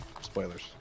Spoilers